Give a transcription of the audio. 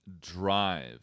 drive